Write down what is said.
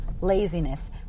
laziness